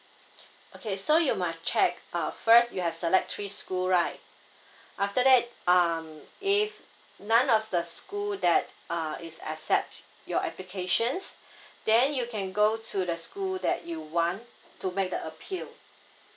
okay so you must check err first you have select three school right after that um if none of the school that uh is accept your applications then you can go to the school that you want to make the appeal